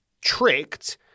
tricked